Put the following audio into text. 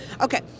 Okay